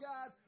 God